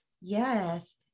Yes